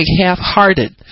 half-hearted